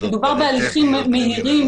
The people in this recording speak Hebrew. מדובר בהליכים מהירים,